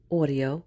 audio